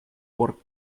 work